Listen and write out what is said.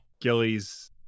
gilly's